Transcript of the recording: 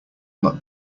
not